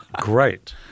Great